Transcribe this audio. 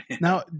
Now